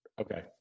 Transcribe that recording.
Okay